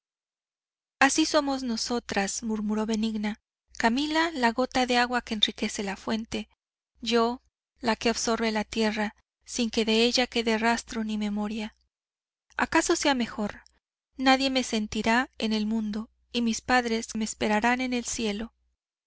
así somos nosotras murmuró benigna camila la gota de agua que enriquece la fuente yo la que absorbe la tierra sin que de ella quede rastro ni memoria acaso sea mejor nadie me sentirá en el mundo y mis padres me esperarán en el cielo